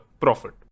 profit